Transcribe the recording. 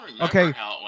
okay